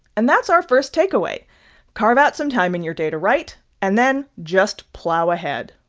and that's our first takeaway carve out some time in your day to write and then just plow ahead.